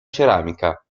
ceramica